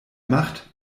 macht